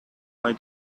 why